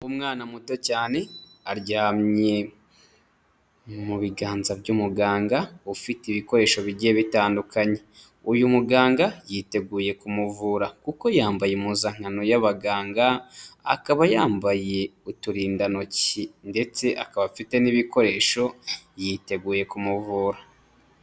Umwana muto cyane aryamye mu biganza by'umuganga ufite ibikoresho bigiye bitandukanye, uyu muganga yiteguye kumuvura kuko yambaye impuzankano y'abaganga, akaba yambaye uturindantoki ndetse akaba afite n'ibikoresho yiteguye kumuvura.